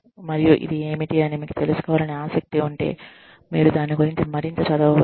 మరియు ఇది ఏమిటి అని మీకు తెలుసుకోవాలనే ఆసక్తి ఉంటే మీరు దాని గురించి మరింత చదవచ్చు